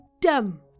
dumb